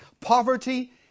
poverty